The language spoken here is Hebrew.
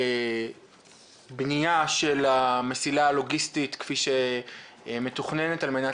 לבניה של המסילה הלוגיסטית כפי שמתוכננת על מנת